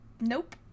Nope